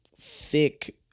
thick